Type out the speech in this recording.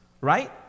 right